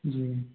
जी